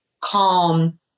calm